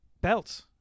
Belt